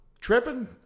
tripping